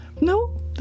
No